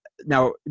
now